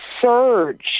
surge